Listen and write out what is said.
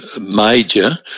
major